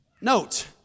Note